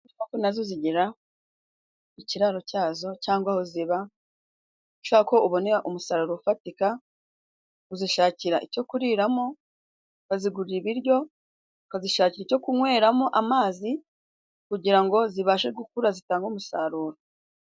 Inkoko na zo zigira ikiraro cyazo cyangwa aho ziba, iyo ushaka ko ubona umusaruro ufatika, uzishakira icyo kuriramo, ukazigurira ibiryo ukazishakira icyo kunyweramo amazi kugira ngo zibashe gukura zitange umusaruro.